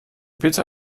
bitte